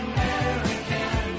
American